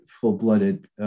full-blooded